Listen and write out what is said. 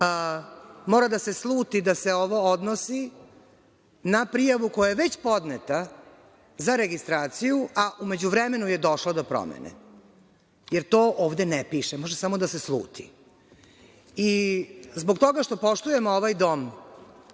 Mora da se sluti da se ovo odnosi na prijavu koja je već podneta za registraciju, a u međuvremenu je došlo do promene, jer to ovde ne piše, može samo da se sluti. Zbog toga što poštujemo ovaj dom